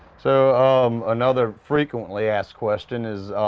so another frequently asked question is